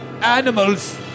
animals